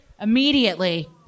immediately